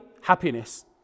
happiness